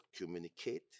communicate